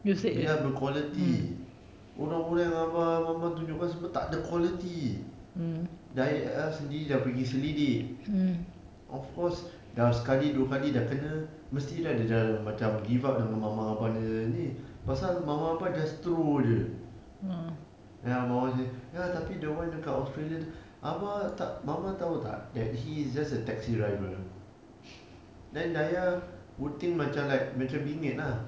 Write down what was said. biar berkualiti orang orang yang abah dan mama tunjukkan semua tak ada quality dayah sendiri sudah pergi selidik of course sudah sekali dua kali sudah kena mesti dia sudah macam give up dengan mama abah punya ini pasal mama abah just throw jer ya then mama say tapi the one yang dekat australia itu abah mama tahu tak he is just a taxi driver then dayah will think macam macam bingit lah